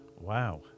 Wow